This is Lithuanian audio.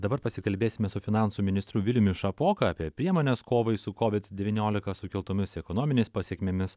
dabar pasikalbėsime su finansų ministru viliumi šapoka apie priemones kovai su covid devyniolika sukeltomis ekonominės pasekmėmis